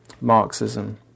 Marxism